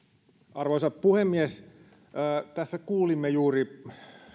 arvoisa puhemies tässä kuulimme juuri